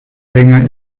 länger